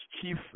chief